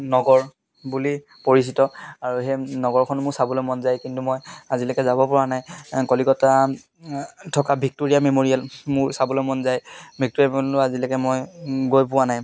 নগৰ বুলি পৰিচিত আৰু সেই নগৰখন মোৰ চাবলৈ মন যায় কিন্তু মই আজিলৈকে যাব পৰা নাই কলিকতাত থকা ভিক্টৰিয়া মেম'ৰিয়েল মোৰ চাবলৈ মন যায় ভিক্টৰিয়া মে'ৰিয়েলো আজিলৈকে মই গৈ পোৱা নাই